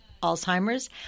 Alzheimer's